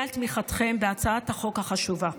אודה על תמיכתכם בהצעת החוק החשובה.